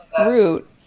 root